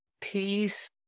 peace